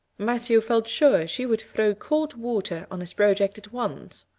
matthew felt sure she would throw cold water on his project at once.